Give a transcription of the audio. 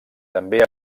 també